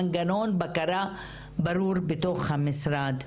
מנגנון בקרה ברור בתוך המשרד.